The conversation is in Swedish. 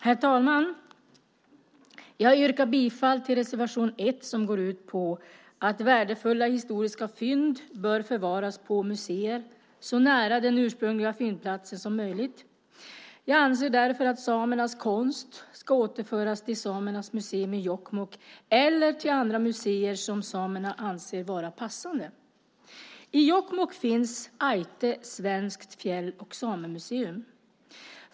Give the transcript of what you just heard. Herr talman! Jag yrkar bifall till reservation 1 som går ut på att värdefulla historiska fynd bör förvaras på museer så nära den ursprungliga fyndplatsen som möjligt. Jag anser därför att samernas konst ska återföras till samernas museum i Jokkmokk eller till andra museer som samerna anser vara passande. I Jokkmokk finns Ájtte Svenskt fjäll och samemuseum.